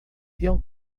ele